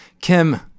Kim